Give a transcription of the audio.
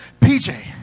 PJ